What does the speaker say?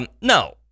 no